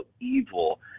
evil